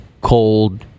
cold